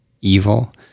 evil